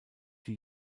die